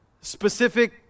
specific